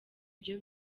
byo